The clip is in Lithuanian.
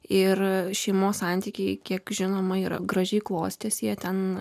ir šeimos santykiai kiek žinoma yra gražiai klostėsi jie ten